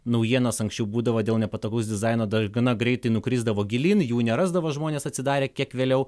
naujienos anksčiau būdavo dėl nepatogaus dizaino dar gana greitai nukrisdavo gilyn jų nerasdavo žmonės atsidarę kiek vėliau